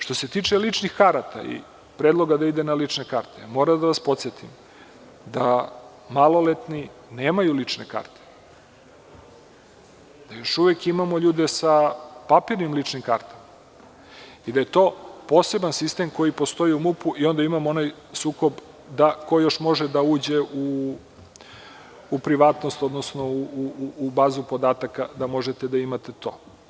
Što se tiče ličnih karata i predloga da ide na lične karte, moram da vas podsetim da maloletni nemaju lične karte, da još uvek imamo ljude sa papirnim ličnim kartama i da je to poseban sistem koji postoji u MUP-u i onda imamo onaj sukob ko još može da uđe u privatnost, odnosno u bazu podataka da možete da imate to.